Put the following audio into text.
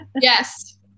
Yes